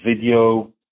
video